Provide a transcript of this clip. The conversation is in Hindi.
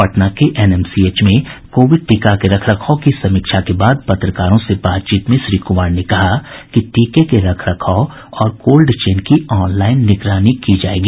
पटना के एनएमसीएच में कोविड टीका के रख रखाव की समीक्षा के बाद पत्रकारों से बातचीत में श्री कुमार ने कहा कि टीके के रख रखाव और कोल्ड चेन की ऑनलाइन निगरानी की जायेगी